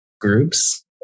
groups